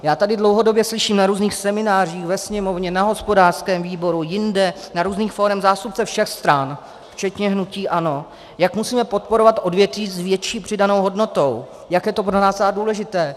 Já tady dlouhodobě slyším na různých seminářích, ve Sněmovně, na hospodářském výboru, jinde, na různých fórech, zástupce všech stran včetně hnutí ANO, jak musíme podporovat odvětví s větší přidanou hodnotou, jak je to pro nás důležité.